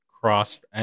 crossed